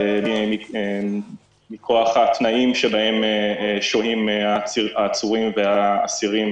מכוח התנאים שבהם שוהים העצורים והאסירים,